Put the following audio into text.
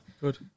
Good